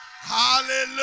Hallelujah